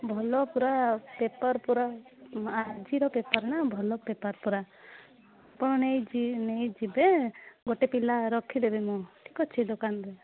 ଭଲ ପୁରା ପେପର୍ ପୁରା ଆଜିର ପେପର୍ ନା ଭଲ ପେପର୍ ପୁରା ଆପଣ ନେଇ ନେଇଯିବେ ଗୋଟେ ପିଲା ରଖିଦେବି ମୁଁ ଠିକ୍ ଅଛି ଦୋକାନରେ